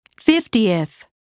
Fiftieth